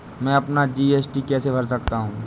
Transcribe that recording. मैं अपना जी.एस.टी कैसे भर सकता हूँ?